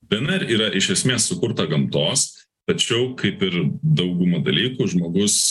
dnr yra iš esmės sukurta gamtos tačiau kaip ir daugumą dalykų žmogus